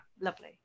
lovely